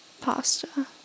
pasta